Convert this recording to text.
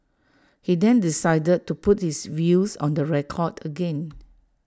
he then decided to put his views on the record again